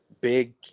big